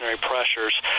pressures